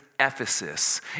Ephesus